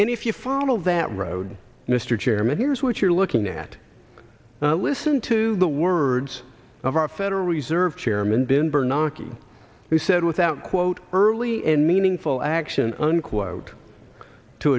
and if you follow that road mr chairman here's what you're looking at now listen to the words of our federal reserve chairman ben bernanke you who said without quote early and meaningful action unquote to